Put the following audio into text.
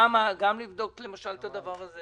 גם לבדוק למשל את הדבר הזה